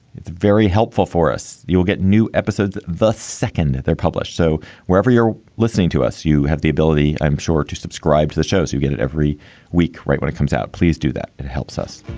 it's very helpful for us. you'll get new episodes the second they're published. so wherever you're listening to us, you have the ability, i'm sure, to subscribe to the shows. you get it every week right when it comes out. please do that it helps us.